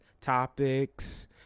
topics